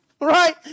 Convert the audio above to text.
right